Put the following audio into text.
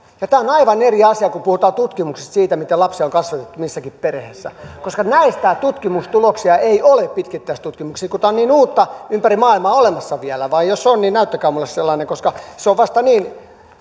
tämä on aivan eri asia kun puhutaan tutkimuksesta siitä miten lapsi on kasvatettu missäkin perheessä koska näitä tutkimustuloksia ei ole pitkittäistutkimuksista kun tämä on niin uutta ympäri maailmaa olemassa vielä tai jos on niin näyttäkää minulle sellainen koska